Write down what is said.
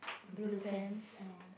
blue pants ya